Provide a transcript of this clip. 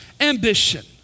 ambition